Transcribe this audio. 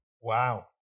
wow